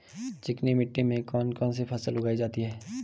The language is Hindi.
चिकनी मिट्टी में कौन कौन सी फसल उगाई जाती है?